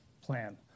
plan